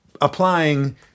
applying